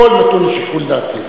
הכול נתון לשיקול דעתי.